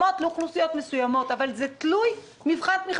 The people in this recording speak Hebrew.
מבחן תמיכה זה מבחנים שיוצאים לקופות החולים האומרים שקופת